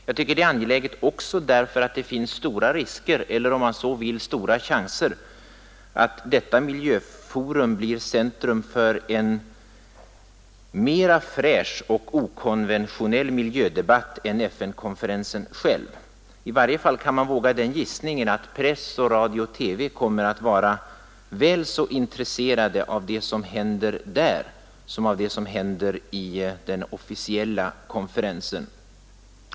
Jag tycker att detta är angeläget också därför att det finns stora risker — eller om man så vill stora chanser — att detta miljöforum blir centrum för en mera fräsch och okonventionell miljödebatt än FN-konferensen själv. I varje fall kan man våga den gissningen att press, radio och TV kommer att vara väl så intresserade av det som händer där som av det som sker i den officiella konferensen.